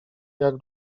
jak